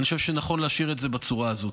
אני חושב שנכון להשאיר את זה בצורה הזאת.